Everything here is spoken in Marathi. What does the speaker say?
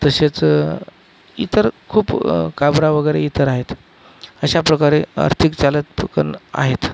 तसेच इतर खूप काबरा वगैरे इतर आहेत अशा प्रकारे आर्थिक चालक थूकन आहेत